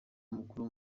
makuru